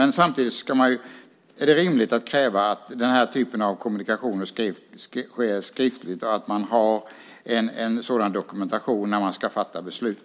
Men samtidigt är det rimligt att kräva att den här typen av kommunikationer sker skriftligt och att man har en sådan dokumentation när man ska fatta beslut.